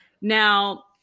Now